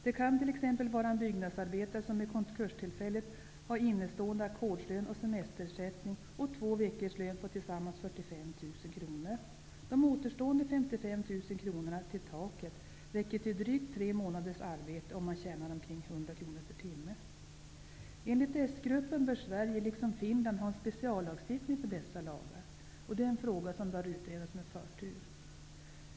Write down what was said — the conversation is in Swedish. Det kan t.ex. vara en byggnadsarbetare som vid konkurstillfället har innestående ackordslön och semesterersättning samt två veckors lön på tillsammans 45 000 kr. De 55 000 kr som återstår innan taket nås räcker till drygt tre månaders arbete, om han tjänar omkring Enligt s-gruppen bör Sverige, liksom Finland, ha en speciallagstiftning för dessa grupper. Det är en fråga som bör utredas med förtur.